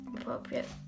appropriate